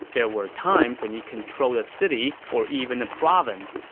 there were times when he controlled a city or even a province,